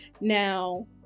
now